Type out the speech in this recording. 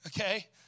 okay